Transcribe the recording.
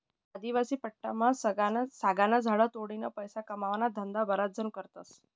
आदिवासी पट्टामा सागना झाडे तोडीन पैसा कमावाना धंदा बराच जण करतस